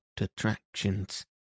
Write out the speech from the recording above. attractions